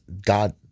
God